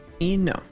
No